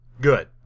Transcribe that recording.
Good